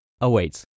awaits